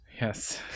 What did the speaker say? Yes